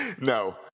no